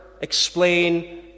explain